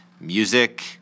music